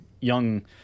young